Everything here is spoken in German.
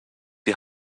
die